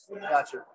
Gotcha